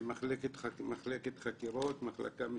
מחלקת חקירות, מחלקה משפטית,